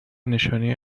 نشانهای